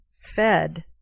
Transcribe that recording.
fed